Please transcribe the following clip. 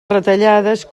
retallades